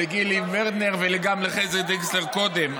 לגילי ברנר וגם לחזי דיקסלר קודם.